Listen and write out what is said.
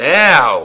now